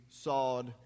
sawed